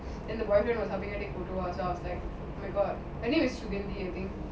then the boyfriend or something then I was like oh my god I think she